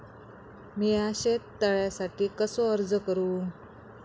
मीया शेत तळ्यासाठी कसो अर्ज करू?